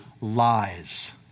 lies